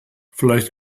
vielleicht